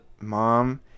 mom